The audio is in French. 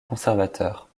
conservateur